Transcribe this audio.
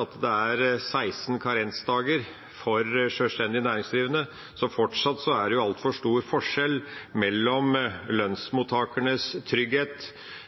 at det er 16 karensdager for sjølstendig næringsdrivende, så fortsatt er det altfor stor forskjell mellom lønnsmottakernes økonomiske trygghet